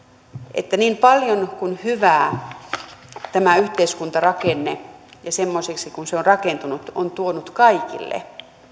että niin paljon hyvää kuin tämä yhteiskuntarakenne semmoiseksi kuin se on rakentunut on tuonut kaikille